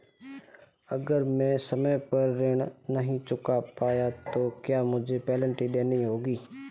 अगर मैं समय पर ऋण नहीं चुका पाया तो क्या मुझे पेनल्टी देनी होगी?